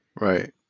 Right